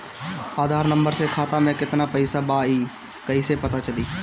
आधार number से खाता में केतना पईसा बा ई क्ईसे पता चलि?